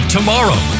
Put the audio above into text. Tomorrow